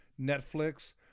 Netflix